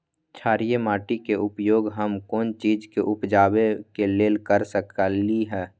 क्षारिये माटी के उपयोग हम कोन बीज के उपजाबे के लेल कर सकली ह?